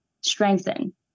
strengthen